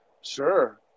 sure